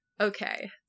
okay